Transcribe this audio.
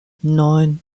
neun